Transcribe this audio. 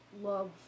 love